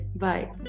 Bye